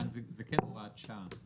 כאן זה כן הוראת שעה.